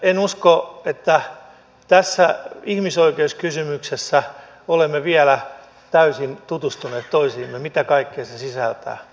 en usko että tässä ihmisoikeuskysymyksessä olemme vielä täysin tutustuneet toisiimme mitä kaikkea se sisältää